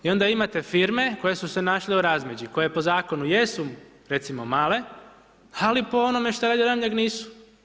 I onda imate firme koje su se našle u razmeđi, koje po zakonu jesu, recimo, male, ali po onome što radi Ramljak, nisu.